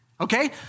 okay